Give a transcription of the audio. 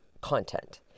content